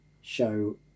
show